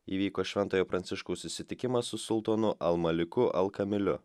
įvyko šventojo pranciškaus susitikimas su sultonu al maliku al kamiliu